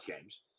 games